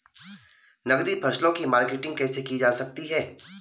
नकदी फसलों की मार्केटिंग कैसे की जा सकती है?